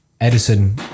Edison